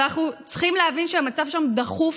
אבל אנחנו צריכים להבין שהמצב שם דחוף,